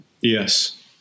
Yes